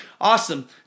Awesome